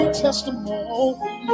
testimony